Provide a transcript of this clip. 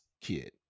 kid